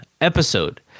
episode